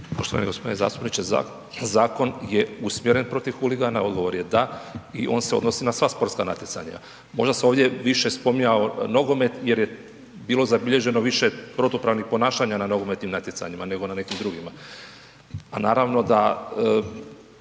Poštovani gospodine zastupniče zakon je usmjeren protiv huligana. Odgovor je da i on se odnosi na sva sportska natjecanja. Možda se ovdje više spominjao nogomet jer je bilo zabilježeno više protupravnih ponašanja na nogometnim natjecanjima, nego na nekim drugima.